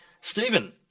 Stephen